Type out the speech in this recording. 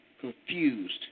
confused